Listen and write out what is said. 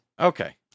Okay